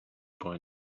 point